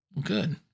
Good